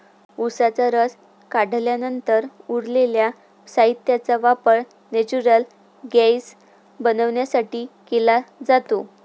उसाचा रस काढल्यानंतर उरलेल्या साहित्याचा वापर नेचुरल गैस बनवण्यासाठी केला जातो